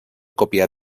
copiar